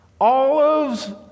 olives